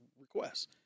requests